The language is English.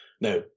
now